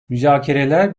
müzakereler